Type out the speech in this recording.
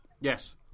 Yes